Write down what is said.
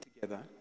together